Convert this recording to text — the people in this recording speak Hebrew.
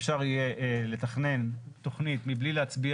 אפשר יהיה לתכנן תוכנית מבלי להצביע